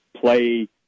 play